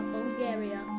Bulgaria